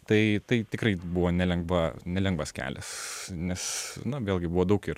tai tai tikrai buvo nelengva nelengvas kelias nes na vėlgi buvo daug ir